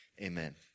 Amen